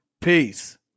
Peace